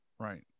Right